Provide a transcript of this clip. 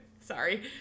Sorry